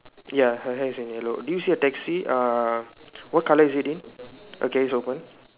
ya her hair is in yellow do you see a taxi uh what colour is it in okay it's open